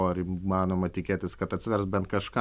ar įmanoma tikėtis kad atsvers bent kažką